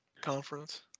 conference